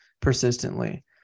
persistently